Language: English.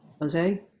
Jose